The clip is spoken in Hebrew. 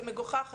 זה מגוחך.